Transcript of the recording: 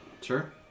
Sure